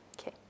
Okay